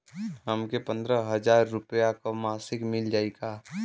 हमके पन्द्रह हजार रूपया क मासिक मिल जाई का?